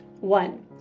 One